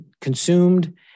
consumed